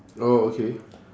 oh okay